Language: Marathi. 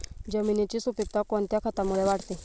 जमिनीची सुपिकता कोणत्या खतामुळे वाढते?